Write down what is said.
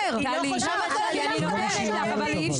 ------ עשרות נשים שאפילו --- איך את בכלל מדברת על זה?